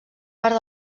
part